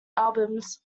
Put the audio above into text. albums